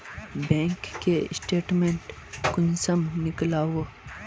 Bank के statement कुंसम नीकलावो?